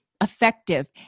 effective